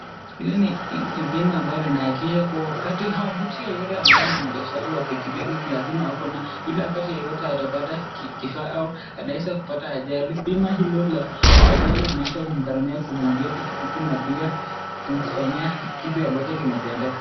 Hili bima ambalo linahakiisha kuwa wakati au mtu yeyote ambaye ni mwendeshaji wa pikipiki lazima akuwe na ile wakati yoyote atapata kifaa au anaeza kupata ajali bima hilo la ajali inaweza kumgharamia kumwabia pikipiki na pia kumfanyia kitu ambacho kimetendeka.